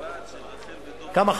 כמה?